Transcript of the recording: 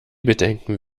bedenken